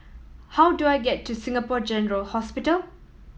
how do I get to Singapore General Hospital